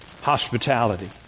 Hospitality